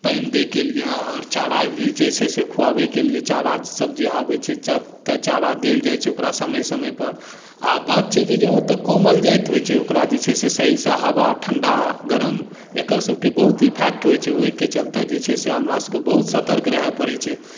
पानि दैके लियऽ और चारा भी जे छै से खुआबैके लिये चारा सब जे आबै छै तऽ चारा देल जाइ छै ओकरा समय समय पर आ बात छै कि जे ओ तऽ कोमल जाति होइ छै ओकरा जे छै से सहीसँ हवा ठण्डा गरम एकर सबके बहुत इफ़ेक्ट होइ छै ओहिके चलते जे छै से हमरा सबके बहुत सतर्क रहए पड़ै छै